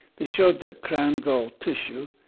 they showed that crown gall tissue,